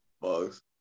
bugs